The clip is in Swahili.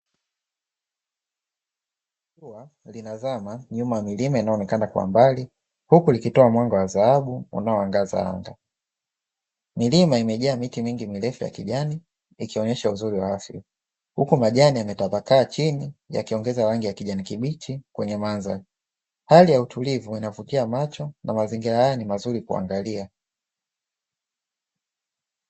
Jua linazama nyuma ya milime inaonekana kwa mbali huku likitoa mwanga wa dhahabu unaoangaza, milima imejaa miti mingi mirefu ya kijani ikionyesha uzuri wa afya uko majani yametapakaa chini yakiongeza rangi ya kijani kibichi kwenye mwanza hali ya utulivu inavutia macho na mazingira haya ni mazuri kuangalia.